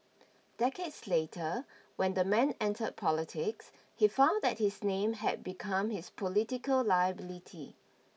decades later when the man entered politics he found that his name had become his political liability